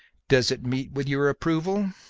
does it meet with your approval?